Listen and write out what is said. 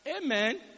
Amen